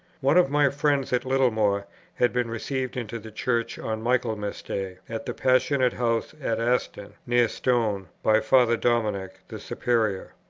one of my friends at littlemore had been received into the church on michaelmas day, at the passionist house at aston, near stone, by father dominic, the superior.